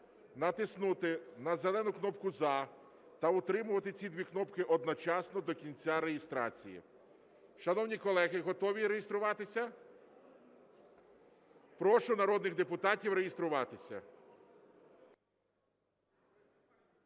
натиснути на зелену кнопку "За" та утримувати ці дві кнопки одночасно до кінця реєстрації. Шановні колеги, готові реєструватися? Прошу народних депутатів реєструватися